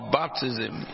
baptism